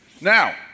Now